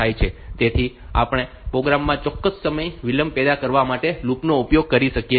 તેથી આપણે પ્રોગ્રામમાં ચોક્કસ સમય વિલંબ પેદા કરવા માટે લૂપ નો ઉપયોગ કરી શકીએ છીએ